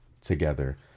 together